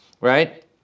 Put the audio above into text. right